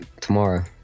Tomorrow